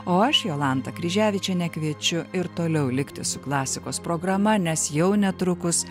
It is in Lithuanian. o aš jolanta kryževičienė kviečiu ir toliau likti su klasikos programa nes jau netrukus